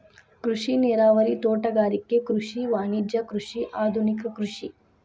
ಕೃಷಿ ನೇರಾವರಿ, ತೋಟಗಾರಿಕೆ ಕೃಷಿ, ವಾಣಿಜ್ಯ ಕೃಷಿ, ಆದುನಿಕ ಕೃಷಿ